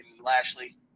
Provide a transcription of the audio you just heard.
Lashley